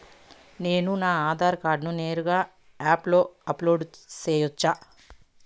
నేను నా ఆధార్ కార్డును నేరుగా యాప్ లో అప్లోడ్ సేయొచ్చా?